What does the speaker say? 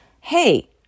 hey